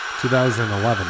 2011